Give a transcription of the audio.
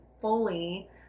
fully